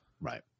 Right